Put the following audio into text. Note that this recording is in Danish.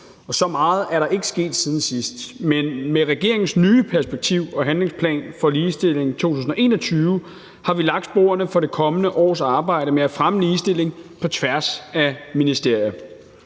Og så meget er der ikke sket siden sidst. Men med regeringens nye perspektiv- og handlingsplan for ligestilling 2021 har vi lagt sporene for det kommende års arbejde med at fremme ligestilling på tværs af ministerier.